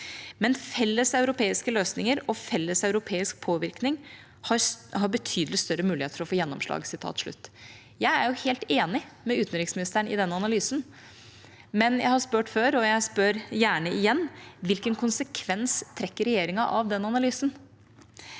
og felleseuropeisk påvirkning – har betydelig større mulighet til å få gjennomslag.» Jeg er helt enig med utenriksministeren i denne analysen, men jeg har spurt før, og jeg spør gjerne igjen: Hvilken konsekvens trekker regjeringa av den analysen?